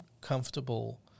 comfortable